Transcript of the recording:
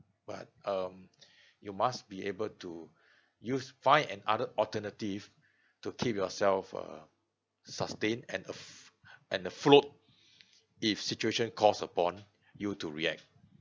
but um you must be able to use find another alternative to keep yourself uh sustained and af~ and afloat if situation caused upon you to react